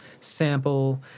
sample